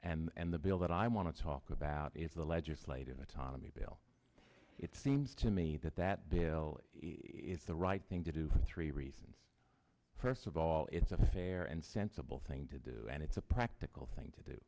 and the bill that i want to talk about is the legislative autonomy bill it seems to me that that bill is the right thing to do for three reasons first of all it's a fair and sensible thing to do and it's a practical thing to do